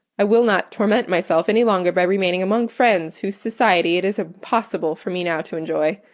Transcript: i will not torment myself any longer by remaining among friends whose society it is impossible for me now to enjoy.